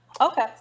Okay